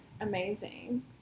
amazing